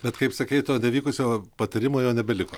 bet kaip sakei to nevykusio patarimo jo nebeliko